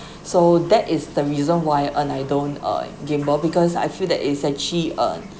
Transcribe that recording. so that is the reason why and I don't err gamble because I feel that is actually a